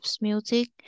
music